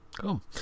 Cool